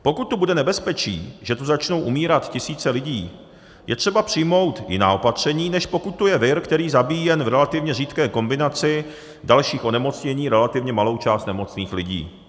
Pokud tu bude nebezpečí, že tu začnou umírat tisíce lidí, je třeba přijmout jiná opatření, než pokud tu je vir, který zabíjí jen v relativně řídké kombinaci dalších onemocnění relativně malou část nemocných lidí.